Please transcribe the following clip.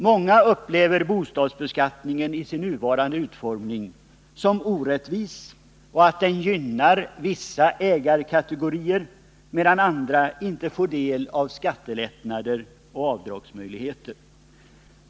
Många upplever bostadsbeskattningen i dess nuvarande utformning som orättvis och som att den gynnar vissa ägarkategorier medan andra inte får del av skattelättnader och avdragsmöjligheter.